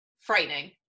frightening